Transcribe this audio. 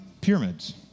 Pyramids